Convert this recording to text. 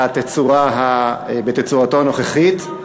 בתצורתו הנוכחית.